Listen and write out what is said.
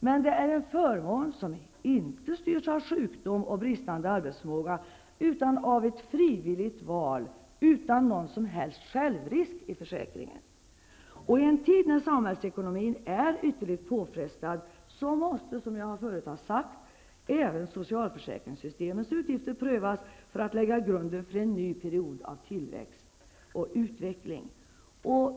Men det är en förmån som inte styrs av sjukdom och bristande arbetsförmåga utan av ett frivilligt val utan någon som helst självrisk i försäkringen. I en tid när samhällsekonomin är ytterligt påfrestad måste -- som jag förut har sagt -- även socialförsäkringssystemens utgifter prövas för att kunna lägga grunden för en ny period av tillväxt och utveckling.